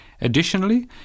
Additionally